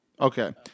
Okay